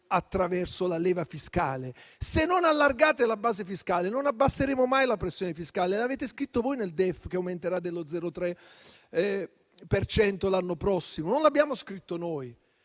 attraverso la leva fiscale. Se non allargate la base fiscale, non diminuiremo mai la pressione fiscale. Lo avete scritto voi nel DEF che aumenterà dello 0,3 per cento l'anno prossimo, non l'abbiamo scritto noi.